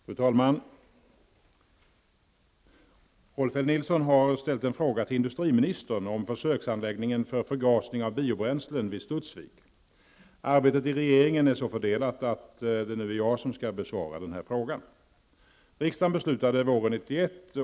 Fru talman! Rolf L Nilson har ställt en fråga till industriministern om försöksanläggningen för förgasning av biobränslen vid Studsvik. Arbetet i regeringen är så fördelat att det är jag som skall besvara frågan.